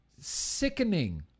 sickening